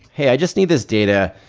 hey, i just need this data.